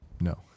No